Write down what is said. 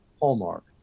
Hallmark